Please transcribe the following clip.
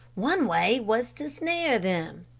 one way was to snare them.